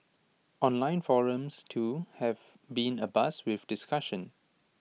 online forums too have been abuzz with discussion